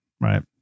right